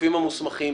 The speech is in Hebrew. לגופים המוסמכים,